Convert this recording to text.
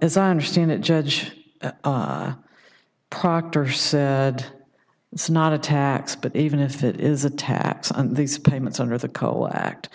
as i understand it judge proctor said it's not a tax but even if it is a tax on these payments under the coal act